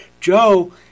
Joe